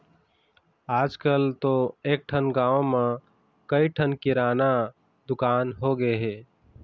आजकल तो एकठन गाँव म कइ ठन किराना दुकान होगे हे